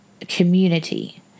community